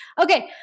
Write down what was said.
Okay